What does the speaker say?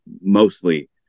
mostly